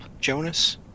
Jonas